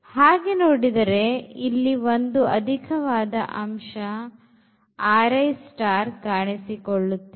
ಹಾಗೆ ನೋಡಿದರೆ ಇಲ್ಲಿ ಒಂದು ಅಧಿಕವಾದ ಅಂಶ ಕಾಣಿಸಿಕೊಳ್ಳುತ್ತದೆ